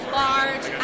large